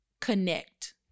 connect